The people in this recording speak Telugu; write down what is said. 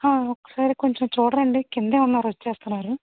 హ ఒకసారి కొంచెం చూడరా అండి క్రిందే ఉన్నారు వచ్చేస్తున్నారు